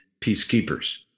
peacekeepers